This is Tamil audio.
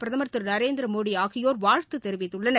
பிரதமர் திரு நரேந்திரமோடி ஆகியோர் வாழ்த்து தெரிவித்துள்ளனர்